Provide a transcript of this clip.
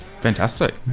Fantastic